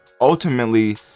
ultimately